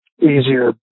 easier